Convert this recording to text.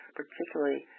particularly